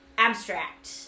Abstract